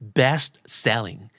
best-selling